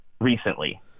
Recently